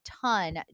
ton